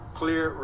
clear